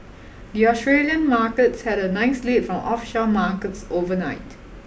the Australian markets had a nice lead from offshore markets overnight